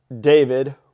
David